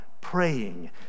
praying